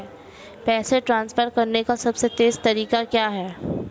पैसे ट्रांसफर करने का सबसे तेज़ तरीका क्या है?